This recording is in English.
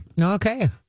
Okay